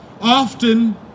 often